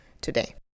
today